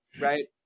right